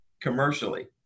commercially